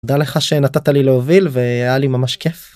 תודה לך שנתת לי להוביל והיה לי ממש כיף.